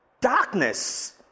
Darkness